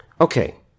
Okay